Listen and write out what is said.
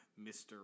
Mr